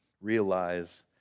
realize